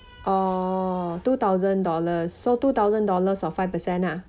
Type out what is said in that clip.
oh two thousand dollars so two thousand dollars of five percent lah